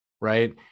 right